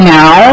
now